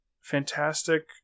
fantastic